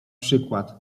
przykład